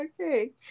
Okay